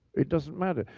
it doesn't matter.